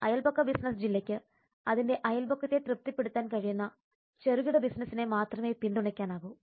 അയൽപക്ക business ജില്ലയ്ക്ക് അതിന്റെ അയൽപക്കത്തെ തൃപ്തിപ്പെടുത്താൻ കഴിയുന്ന ചെറുകിട ബിസിനസിനെ മാത്രമേ പിന്തുണയ്ക്കാനാകൂ